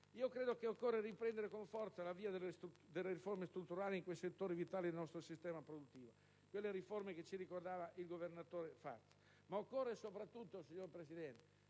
Io credo che occorra riprendere con forza la via delle riforme strutturali in quei settori vitali del nostro sistema produttivo; quelle riforme che recentemente ci ha ricordato il Governatore della Banca d'Italia. Occorre soprattutto, signora Presidente,